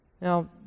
Now